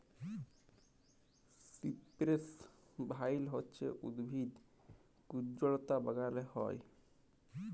সিপেরেস ভাইল হছে উদ্ভিদ কুল্জলতা বাগালে হ্যয়